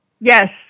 Yes